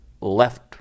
left